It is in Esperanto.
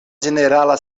ĝenerala